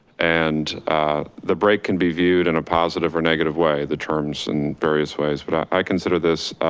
and the break can be viewed in a positive or negative way the terms and various ways, but i consider this,